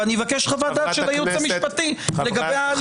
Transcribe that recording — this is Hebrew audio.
אני אבקש חוות דעת של הייעוץ המשפטי לגבי ההליך.